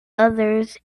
others